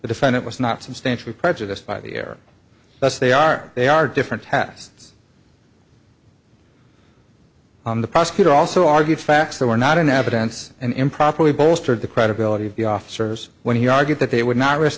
defendant was not substantially prejudiced by the air thus they are they are different tests on the prosecutor also argued facts that were not in evidence and improperly bolstered the credibility of the officers when he argued that they would not risk